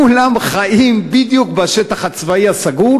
הרוצח שרצח חפים מפשע ובני משפחותיהם,